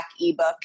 ebook